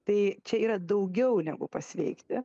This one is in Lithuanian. tai čia yra daugiau negu pasveikti